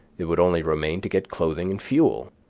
it would only remain to get clothing and fuel.